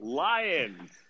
lions